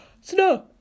Snow